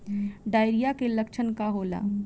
Diarrhoea के लक्षण का होला?